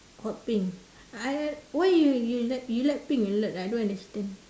hot pink I'll why you you like you like pink a lot ah I don't understand